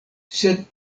sed